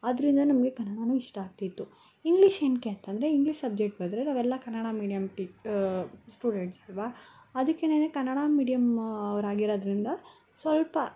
ಆದ್ದರಿಂದ ನಮಗೆ ಕನ್ನಡಾನೂ ಇಷ್ಟ ಆಗ್ತಿತ್ತು ಇಂಗ್ಲೀಷ್ ಏನಕ್ಕೆ ಅಂತಂದರೆ ಇಂಗ್ಲೀಷ್ ಸಬ್ಜೆಟ್ ಬಂದರೆ ನಾವೆಲ್ಲ ಕನ್ನಡ ಮೀಡಿಯಮ್ ಟಿ ಸ್ಟೂಡೆಂಟ್ಸ್ ಅಲ್ವಾ ಅದಿಕ್ಕೆನೆ ಕನ್ನಡ ಮೀಡಿಯಮ್ ಅವರಾಗಿರೋದ್ರಿಂದ ಸ್ವಲ್ಪ